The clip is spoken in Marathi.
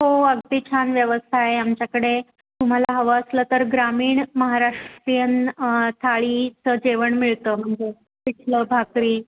हो अगदी छान व्यवस्था आहे आमच्याकडे तुम्हाला हवं असलं तर ग्रामीण महाराष्ट्रीयन थाळीचं जेवण मिळतं म्हणजे पिठलं भाकरी